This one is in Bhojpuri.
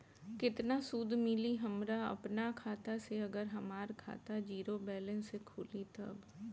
केतना सूद मिली हमरा अपना खाता से अगर हमार खाता ज़ीरो बैलेंस से खुली तब?